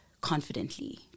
confidently